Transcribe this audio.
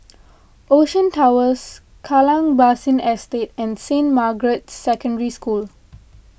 Ocean Towers Kallang Basin Estate and Saint Margaret's Secondary School